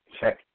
Check